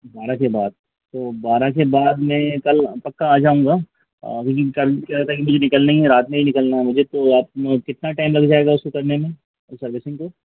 बारह के बाद तो बारह के बाद में कल पक्का आ आऊँगा लेकिन कल क्या था कि मुझे निकलना ही है रात में ही निकलना है मुझे तो आप कितना टाइम लग जाएगा इसको करने में उस सर्विसिंग को